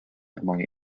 among